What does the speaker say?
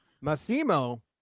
Massimo